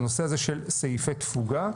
לנושא הזה של סעיפי תפוגה,